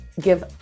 give